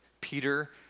Peter